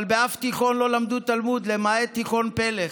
אבל באף תיכון לא למדו תלמוד למעט תיכון פלך.